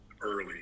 early